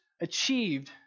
achieved